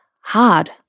hard